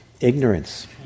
ignorance